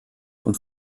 und